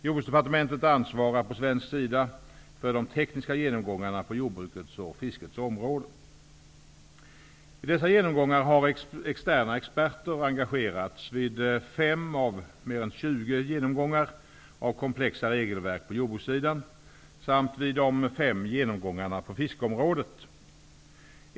Jordbruksdepartementet ansvarar på svensk sida för de tekniska genomgångarna på jordbrukets och fiskets områden. Vid dessa genomgångar har externa experter engagerats vid fem av fler än tjugo genomgångar av komplexa regelverk på jordbrukssidan samt vid de fem genomgångarna på fiskeområdet.